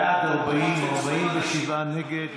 בעד, 40 , 47 נגד.